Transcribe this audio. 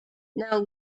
now